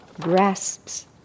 grasps